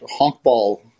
honkball